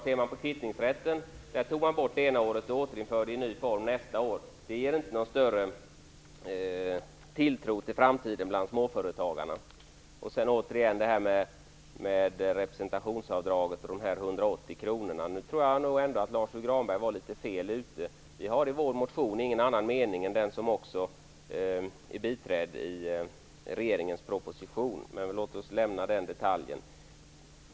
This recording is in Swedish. Ser man på kvittningsrätten tog man det ena året bort den och återinförde den i ny form nästa år. Det ger inte någon större tilltro till framtiden bland småföretagarna. Sedan återigen till frågan om representationsavdraget och de 180 kronorna. Nu tror jag ändå att Lars U Granberg var litet fel ute. Vi har i vår motion ingen annan mening än den som är biträdd i regeringens proposition. Men låt oss lämna den detaljen.